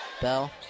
Bell